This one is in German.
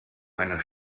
einer